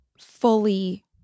fully